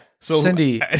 Cindy